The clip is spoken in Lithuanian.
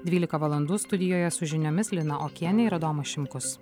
dvylika valandų studijoje su žiniomis lina okienė ir adomas šimkus